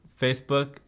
Facebook